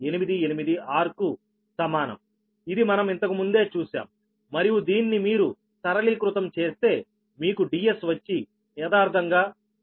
7788 r కు సమానంఇది మనం ఇంతకుముందే చూశాం మరియు దీన్ని మీరు సరళీకృతం చేస్తే మీకు Ds వచ్చి యదార్ధంగా 1